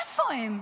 איפה הם?